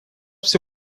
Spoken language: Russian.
все